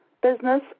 business